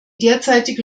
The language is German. derzeitige